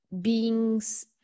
beings